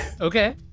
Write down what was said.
okay